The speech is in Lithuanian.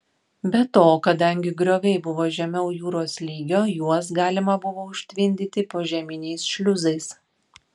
be to kadangi grioviai buvo žemiau jūros lygio juos galima buvo užtvindyti požeminiais šliuzais